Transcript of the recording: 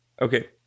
Okay